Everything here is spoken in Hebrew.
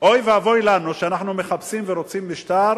אוי ואבוי, שאנחנו מחפשים ורוצים משטר